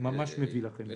בין